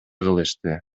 кылышты